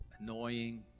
annoying